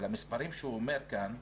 אבל המספרים שפאתן אומר כאן,